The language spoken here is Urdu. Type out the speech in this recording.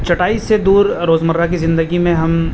چٹائی سے دور روز مرّہ کی زندگی میں ہم